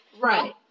right